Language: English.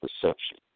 perception